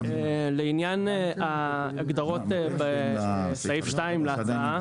לעניין ההגדרות בסעיף 2 להצעה,